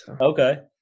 Okay